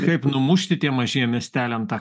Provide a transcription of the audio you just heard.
kaip numušti tiem mažiem miesteliam tą